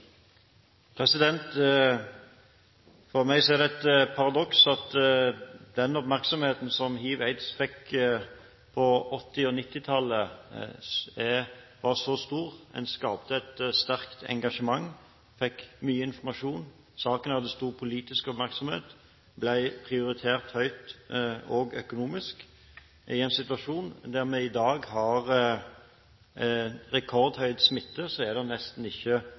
med. For meg er følgende et paradoks: På 1980- og 1990-tallet var oppmerksomheten som hiv/aids fikk, stor. Man skapte et sterkt engasjement, fikk mye informasjon, saken hadde stor politisk oppmerksomhet og ble prioritert høyt også økonomisk. I dag, i en situasjon med rekordhøy smitte, er det nesten ikke